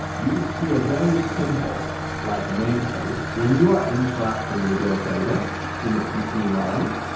you just see a very simple like namespace when you are interacting with your data in the pc environment.